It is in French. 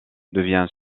devient